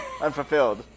unfulfilled